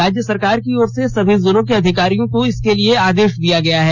राज्य सरकार की ओर से सभी जिलों के अधिकारियों को इसके लिये आदेश दिया गया है